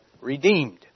redeemed